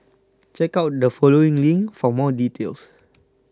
check out the following link for more details